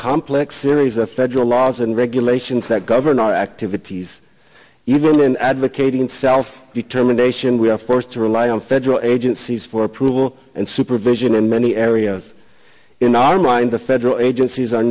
complex series of federal laws and regulations that govern our activities even in advocating self determination we are forced to rely on federal agencies for approval and supervision in many areas in our mind the federal agencies are